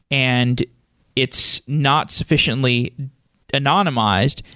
and it's not sufficiently anonymized,